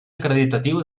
acreditatiu